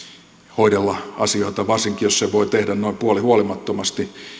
hoidella asioita varsinkin jos sen voi tehdä noin puolihuolimattomasti